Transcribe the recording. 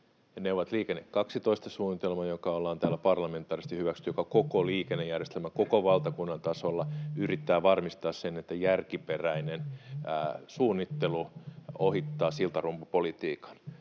on Liikenne 12 ‑suunnitelma, joka ollaan täällä parlamentaarisesti hyväksytty ja joka koko liikennejärjestelmän, koko valtakunnan tasolla yrittää varmistaa sen, että järkiperäinen suunnittelu ohittaa siltarumpupolitiikan.